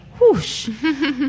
Whoosh